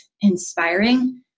inspiring